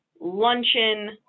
luncheon